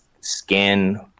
skin